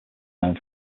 known